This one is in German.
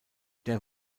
der